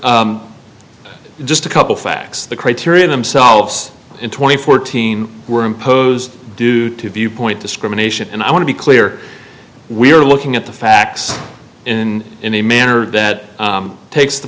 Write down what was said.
just a couple facts the criteria themselves in twenty fourteen were imposed due to viewpoint discrimination and i want to be clear we are looking at the facts in in a manner that takes the